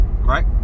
Right